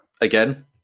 again